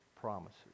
promises